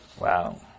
Wow